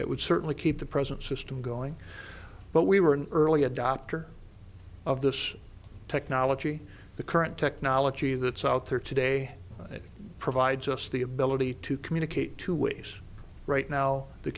it would certainly keep the present system going but we were an early adopter of this technology the current technology that's out there today it provides us the ability to communicate two ways right now the